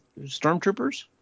stormtroopers